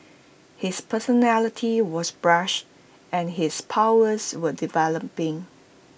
his personality was brash and his powers were developing